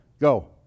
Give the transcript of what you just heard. Go